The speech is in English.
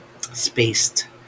spaced